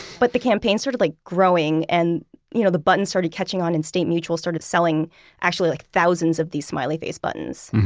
but the campaign started sort of like growing and you know the buttons started catching on and state mutual started selling actually, like thousands of these smiley face buttons.